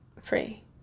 free